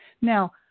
Now